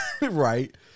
right